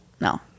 No